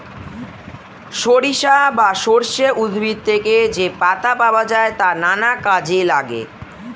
সরিষা বা সর্ষে উদ্ভিদ থেকে যে পাতা পাওয়া যায় তা নানা কাজে লাগে